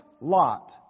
Lot